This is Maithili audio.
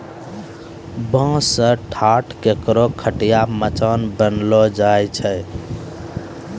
बांस सें ठाट, कोरो, खटिया, मचान बनैलो जाय छै